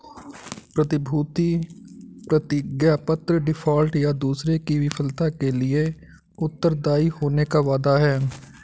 प्रतिभूति प्रतिज्ञापत्र डिफ़ॉल्ट, या दूसरे की विफलता के लिए उत्तरदायी होने का वादा है